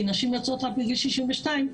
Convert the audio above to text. כי נשים יוצאות בגיל 62,